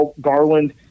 Garland